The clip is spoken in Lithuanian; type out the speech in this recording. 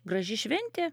graži šventė